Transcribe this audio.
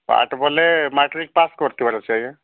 ପାଠ ବୋଏଲେ matric pass କରିଥିବାର ଅଛି ଆଜ୍ଞା